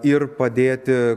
ir padėti